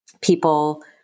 people